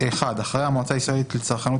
(1)אחרי "המועצה הישראלית לצרכנות